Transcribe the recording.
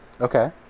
Okay